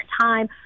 time